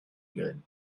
good